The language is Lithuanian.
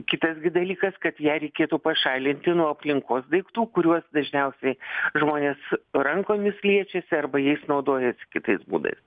kitas gi dalykas kad ją reikėtų pašalinti nuo aplinkos daiktų kuriuos dažniausiai žmonės rankomis liečiasi arba jais naudojasi kitais būdais